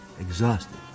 exhausted